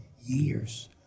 years